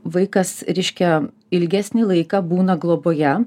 vaikas reiškia ilgesnį laiką būna globoje